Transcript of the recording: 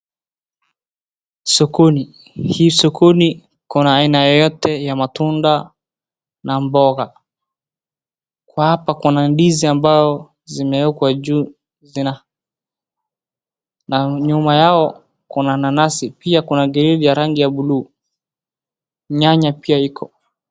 Sokoni. Hii sokoni kuna aina yoyote ya matunda na mboga. Kwa hapa kuna ndizi ambayo zimeekwa juu zina, na nyuma yao kuna nanasi, pia kuna glavi ya rangi ya bluu, nyanya pia iko.